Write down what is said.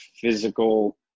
physical